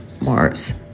Mars